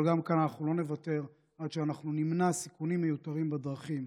אבל גם כאן אנחנו לא נוותר עד שאנחנו נמנע סיכונים מיותרים בדרכים.